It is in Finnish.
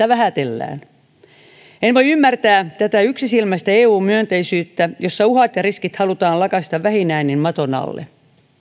vähätellään en voi ymmärtää tätä yksisilmäistä eu myönteisyyttä jossa uhat ja riskit halutaan lakaista vähin äänin maton alle